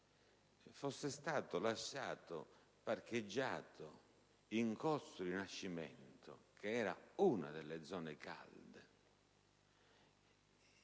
fosse stato lasciato parcheggiato in corso Rinascimento, che era una delle zone calde,